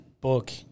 book